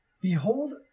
Behold